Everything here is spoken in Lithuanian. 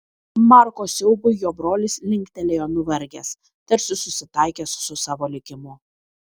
marko siaubui jo brolis linktelėjo nuvargęs tarsi susitaikęs su savo likimu